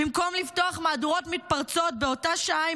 במקום לפתוח מהדורות מתפרצות באותה שעה עם